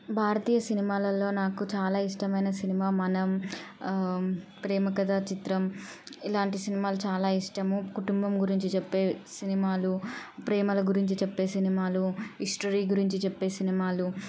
భారతీయ సినిమాలల్లో నాకు చాలా ఇష్టమైన సినిమా మనం ప్రేమకథా చిత్రం ఇలాంటి సినిమాలు చాలా ఇష్టము కుటుంబం గురించి చెప్పే సినిమాలు ప్రేమలు గురించి చెప్పే సినిమాలు హిస్టరీ గురించి చెప్పే సినిమాలు